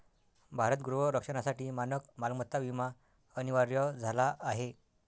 भारत गृह रक्षणासाठी मानक मालमत्ता विमा अनिवार्य झाला आहे